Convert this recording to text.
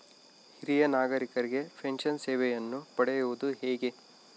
ಹಿರಿಯ ನಾಗರಿಕರಿಗೆ ಪೆನ್ಷನ್ ಸೇವೆಯನ್ನು ಪಡೆಯುವುದು ಹೇಗೆ?